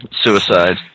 Suicide